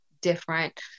different